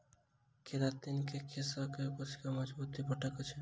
keratin से केशक कोशिका के मजबूती भेटैत अछि